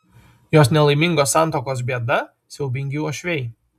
jos nelaimingos santuokos bėda siaubingi uošviai